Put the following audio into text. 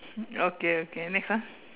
okay okay next one